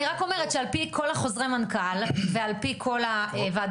אני רק אומרת שעל פי כל החוזרי מנכ"ל ועל פי כל הוועדות,